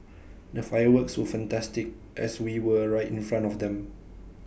the fireworks were fantastic as we were right in front of them